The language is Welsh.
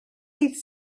dydd